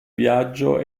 viaggio